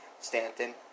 Stanton